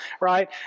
right